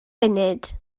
funud